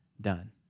done